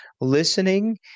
listening